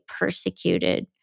persecuted